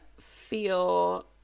feel